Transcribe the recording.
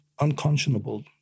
unconscionable